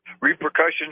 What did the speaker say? Repercussions